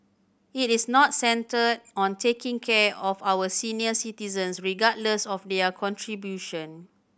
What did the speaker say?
it is not centred on taking care of our senior citizens regardless of their contribution